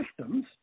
systems